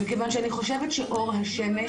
כי אני חושבת שאור השמש,